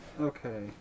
Okay